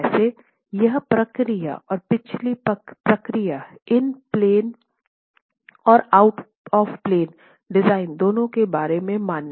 वैसे यह प्रक्रिया और पिछली प्रक्रिया इन प्लेन और आउट ऑफ़ प्लेन डिज़ाइन दोनों के बारे में मान्य है